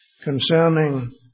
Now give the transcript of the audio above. concerning